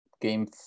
game